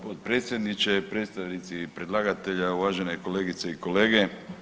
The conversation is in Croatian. potpredsjedniče, predstavnici predlagatelja, uvažene kolegice i kolege.